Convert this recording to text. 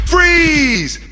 Freeze